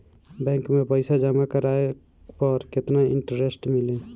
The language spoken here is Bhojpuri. बैंक में पईसा जमा करवाये पर केतना इन्टरेस्ट मिली?